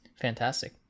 fantastic